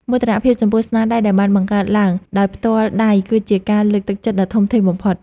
មោទនភាពចំពោះស្នាដៃដែលបានបង្កើតឡើងដោយផ្ទាល់ដៃគឺជាការលើកទឹកចិត្តដ៏ធំធេងបំផុត។